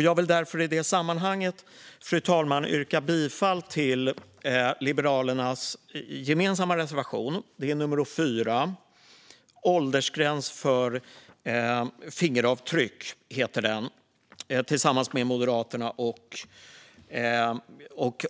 Jag vill därför, fru talman, yrka bifall till reservation nummer 4, Åldersgräns för fingeravtryck, som är gemensam för Liberalerna, Moderaterna